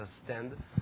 understand